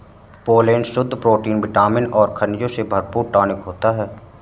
pollen शुद्ध protein vitamin और खनिजों से भरपूर टॉनिक होता है